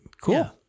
cool